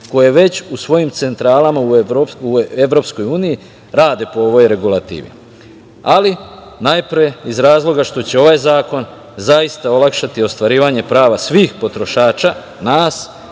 koje već u svojim centralama u Evropskoj uniji rade po ovoj regulativi. Najpre iz razloga što će ovaj zakon zaista olakšati ostvarivanje prava svih potrošača, nas,